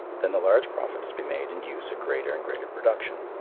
then the large profits to be made induce a greater and greater production.